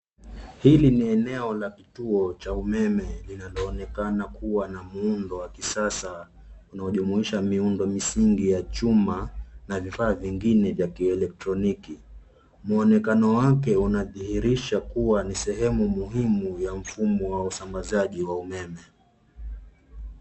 Hili ni eneo la kituo cha umeme linaloonekana kuwa na muundo wa kisasa unaojumuisha miundo msingi ya chuma na vifaa vingine vya kielektroniki. Muonekano wake unadhihirisha kuwa ni sehemu muhimu ya mfumo wa usambazaji wa umeme.